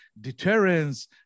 deterrence